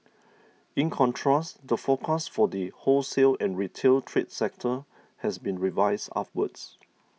in contrast the forecast for the wholesale and retail trade sector has been revised upwards